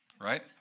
right